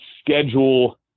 schedule